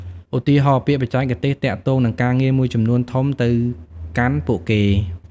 ឧទាហរណ៍ ពាក្យបច្ចេកទេសទាក់ទងនឹងការងារមួយចំនួនធំទៅកាន់ពួកគេ។